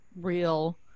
real